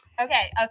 Okay